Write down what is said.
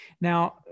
Now